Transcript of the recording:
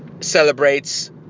celebrates